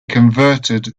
converted